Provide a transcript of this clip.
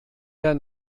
der